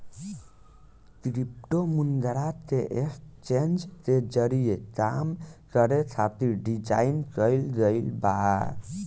crypto मुद्रा के exchange के जरिए काम करे खातिर डिजाइन कईल गईल बा